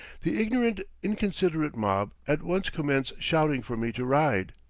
the ignorant, inconsiderate mob at once commence shouting for me to ride.